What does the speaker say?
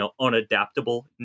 unadaptable